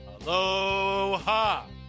aloha